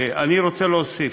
אני רוצה להוסיף.